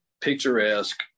picturesque